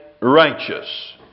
righteous